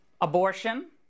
abortion